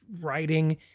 writing